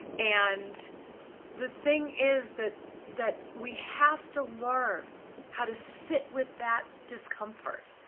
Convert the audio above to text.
and the thing is that that we have to learn how to sit with that discomfort.